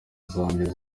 zanjye